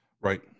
Right